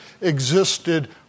existed